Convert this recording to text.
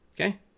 okay